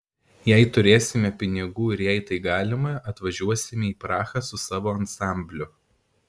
jei turėsime pinigų ir jei tai galima atvažiuosime į prahą su savo ansambliu